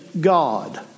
God